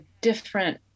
different